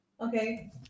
Okay